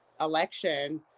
election